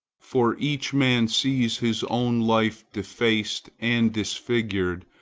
for each man sees his own life defaced and disfigured,